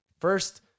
first